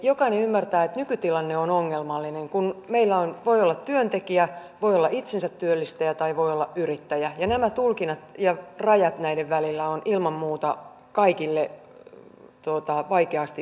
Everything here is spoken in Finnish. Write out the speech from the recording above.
jokainen ymmärtää että nykytilanne on ongelmallinen kun meillä voi olla työntekijä voi olla itsensä työllistäjä tai voi olla yrittäjä ja nämä tulkinnat ja rajat näiden välillä ovat ilman muuta kaikille vaikeasti ymmärrettäviä